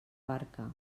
barca